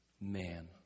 Man